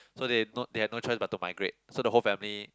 so they no they had no choice but to migrate so the whole family